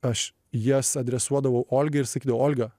aš jas adresuodavau olgai ir sakydavau olga